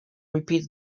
repeat